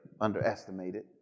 underestimated